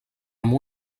amb